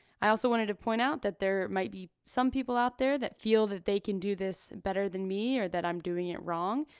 i also wanted to point out that there might be some people out there that feel that they can do this better than me or that i'm doing it wrong.